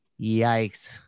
yikes